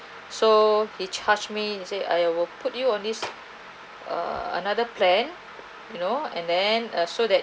so he charged me and say I will put you on this uh another plan you know and then uh so that